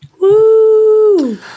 Woo